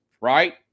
right